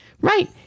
right